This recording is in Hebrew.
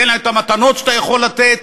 תן לנו את המתנות שאתה יכול לתת,